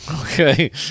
Okay